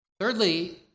Thirdly